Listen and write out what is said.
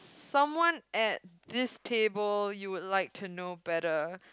someone at this table someone you would like to know better